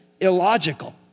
illogical